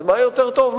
אז מה יותר טוב מזה,